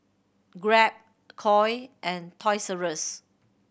Grab Koi and Toys Rus